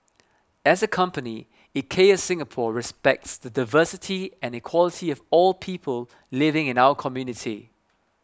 as a company IKEA Singapore respects the diversity and equality of all people living in our community